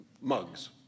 mugs